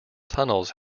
tunnels